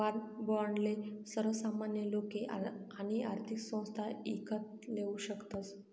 war बाॅन्डले सर्वसामान्य लोके आणि आर्थिक संस्था ईकत लेवू शकतस